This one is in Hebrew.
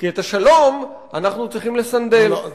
כי את השלום אנחנו צריכים לסנדל,